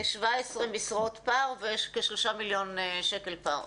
כ-17 משרות פער ויש כשלושה מיליון שקל פער.